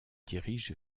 dirige